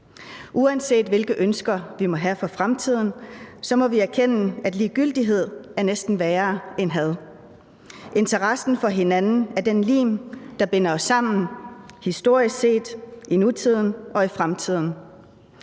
Uanset hvilke ønsker vi måtte have for fremtiden, må vi erkende, at ligegyldighed næsten er værre end had. Interessen for hinanden er den lim, der binder os sammen historisk set, i nutiden og i fremtiden.